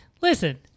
Listen